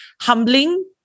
humbling